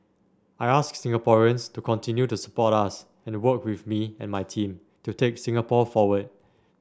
I ask Singaporeans to continue to support us and work with me and my team to take Singapore forward